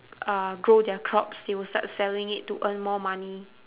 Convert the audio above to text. uh grow their crops they will start selling it to earn more money